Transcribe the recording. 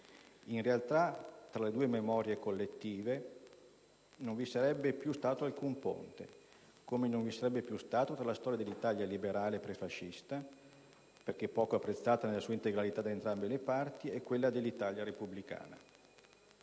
In realtà, tra le due memorie collettive non vi sarebbe più stato alcun ponte. Come non vi sarebbe più stato tra la storia dell'Italia liberale, prefascista, (perché poco apprezzata nella sua integralità, da entrambe le parti) e quella dell'Italia Repubblicana.